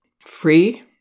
free